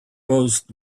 most